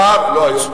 לא היום.